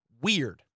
weird